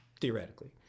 Theoretically